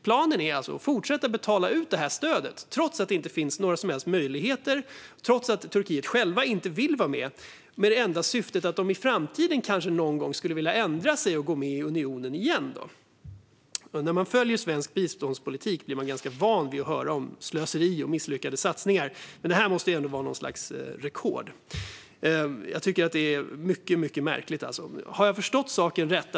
Planen är alltså att fortsätta betala ut stödet, trots att det inte finns några som helst möjligheter för Turkiet att få vara med och de själva inte vill detta, med det enda syftet att de kanske någon gång i framtiden skulle kunna komma att ändra sig och återigen vilja gå med i unionen. När man följer svensk biståndspolitik blir man ganska van vid att höra om slöseri och misslyckade satsningar, men detta måste ändå vara något slags rekord. Jag tycker att det är mycket märkligt. Har jag förstått saken rätt?